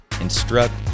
instruct